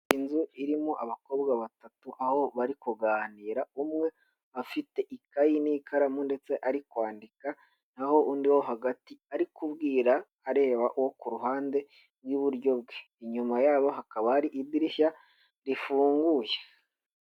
Inzu irimo abakobwa batatu aho bari kuganira, umwe afite ikayi n'ikaramu ndetse ari kwandika naho undi wo hagati ari kubwira areba uwo ku ruhande n'iburyo bwe, inyuma yabo hakaba hari idirishya rifunguye.